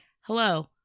Hello